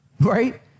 Right